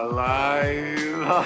Alive